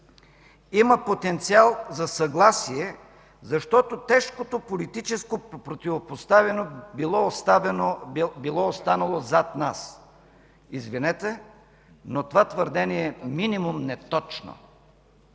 има потенциал за съгласие, защото тежкото политическо противопоставяне било останало зад нас. Извинете, но това твърдение е минимум неточно.